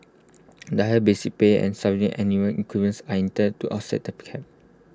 the higher basic pay and subsequent annual increments are intended to offset the